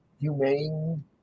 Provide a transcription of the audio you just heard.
humane